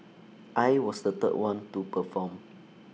I was the third one to perform